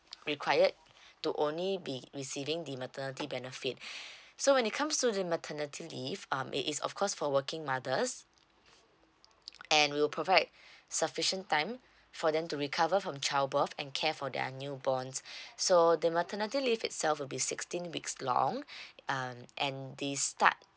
required to only be receiving the maternity benefits so when it comes to the maternity leave um it is of course for working mothers and will provide sufficient time for them to recover from childbirth and care for their newborn so the maternity leave itself will be sixteen weeks long um and they start